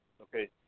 Okay